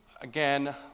again